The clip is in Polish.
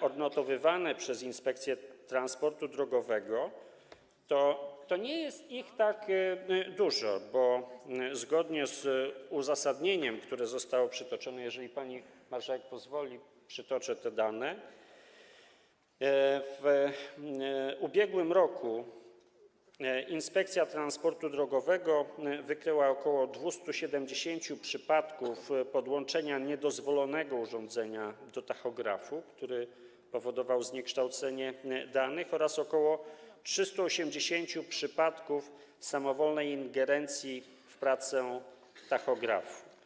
odnotowywane przez Inspekcję Transportu Drogowego, to nie jest ich tak dużo, bo zgodnie z uzasadnieniem, które zostało przytoczone - jeżeli pani marszałek pozwoli, przytoczę te dane - w ubiegłym roku Inspekcja Transportu Drogowego wykryła ok. 270 przypadków podłączenia niedozwolonego urządzenia do tachografu, które powodowało zniekształcenie danych, oraz ok. 380 przypadków samowolnej ingerencji w pracę tachografu.